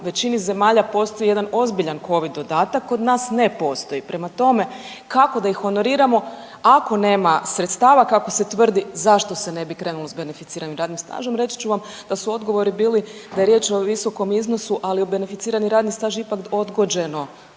većini zemalja postoji jedan ozbiljan Covid dodatak, kod nas ne postoji, prema tome, kako da ih honoriramo ako nema sredstava, kako se tvrdi, zašto se ne bi krenulo s beneficiranim radnim stažom? Reći ću vam da su odgovori bili da je riječ o visokom iznosu, ali beneficirani radni staž ipak odgođeno